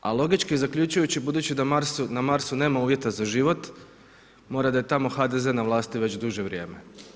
A logički zaključujući budući da na Marsu nema uvjeta za život, mora da je tamo HDZ na vlasti već duže vrijeme.